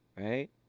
right